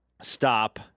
Stop